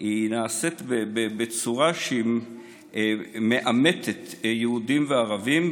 היא נעשית בצורה שמעמתת יהודים וערבים,